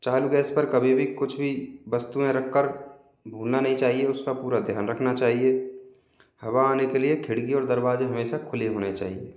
चालू गैस पर कभी भी कुछ भी वस्तुएं रखकर भूलना नहीं चाहिए उसका पूरा ध्यान रखना चाहिए हवा आने के लिए खिड़की और दरवाजे हमेशा खुले होने चाहिए